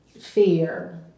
fear